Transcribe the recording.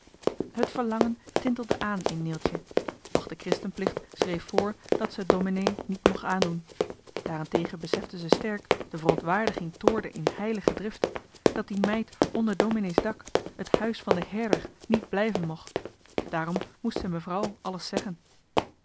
verlangen tintelde aan in neeltje doch de christenplicht schreef voor dat ze het domenee niet moch aandoen daarentegen besefte ze sterk de verontwaardiging toornde in heilige drift dat die meid onder domenee's dak het huis van de leeraar niet blijven moch daarom moest zij mevrouw alles zeggen